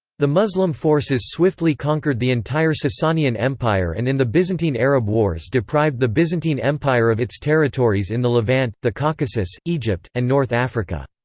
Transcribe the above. the muslim forces swiftly conquered the entire sasanian empire and in the byzantine-arab wars deprived the byzantine empire of its territories in the levant, the caucasus, egypt, and north africa.